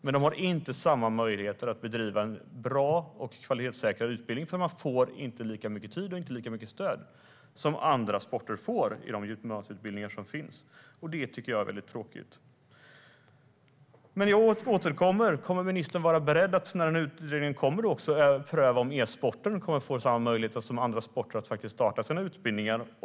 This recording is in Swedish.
Men de har inte samma möjlighet att bedriva en bra och kvalitetssäkrad utbildning, för man får inte lika mycket tid och stöd som andra sporter får i de gymnasieutbildningar som finns. Det tycker jag är väldigt tråkigt. Jag återkommer till min fråga. Kommer ministern att vara beredd att, när en utredning kommer, också pröva om e-sporten kommer att få samma möjligheter som andra sporter att faktiskt starta utbildningar?